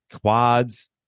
quads